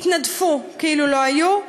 יתנדפו כאילו לא היו,